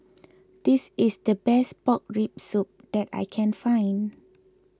this is the best Pork Rib Soup that I can find